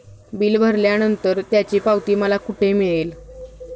Bill भरल्यानंतर त्याची पावती मला कुठे मिळेल?